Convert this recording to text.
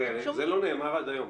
זה לא נאמר עד היום.